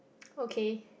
okay